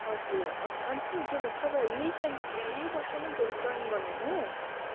हजुर हजुर अन्त नि के भन्छ तपाईँ यही सेमि यही वर्ष नै जो जोइन गर्नु हुने